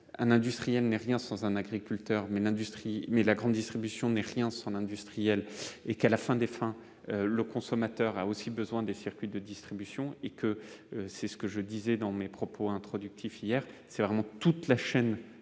L'industriel n'est rien sans l'agriculteur, mais la grande distribution n'est rien sans l'industriel. À la fin des fins, le consommateur a aussi besoin des circuits de distribution. Comme je le disais hier dans mon propos introductif, c'est toute la chaîne